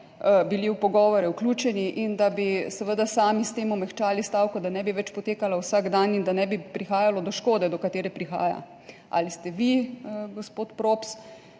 bili v pogovore vključeni in da bi seveda sami s tem omehčali stavko, da ne bi več potekala vsak dan in da ne bi prihajalo do škode, do katere prihaja? Ali ste vi, gospod Props,